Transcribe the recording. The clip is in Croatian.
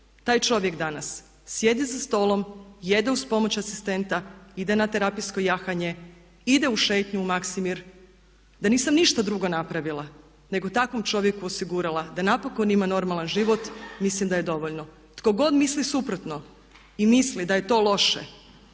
taj čovjek danas sjedi za stolom, jede uz pomoć asistenta, ide na terapijsko jahanje, ide u šetnju u Maksimir. Da nisam ništa drugo napravila, nego takvom čovjeku osigurala da napokon ima normalan život mislim da je dovoljno. Tko god misli suprotno i misli da je to loše,